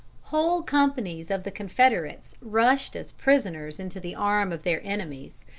whole companies of the confederates rushed as prisoners into the arms of their enemies,